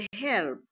help